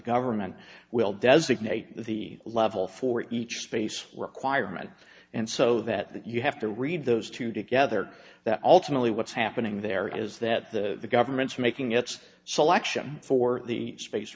government will designate the level for each space requirement and so that you have to read those two together that ultimately what's happening there is that the government's making its selection for the space